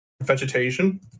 vegetation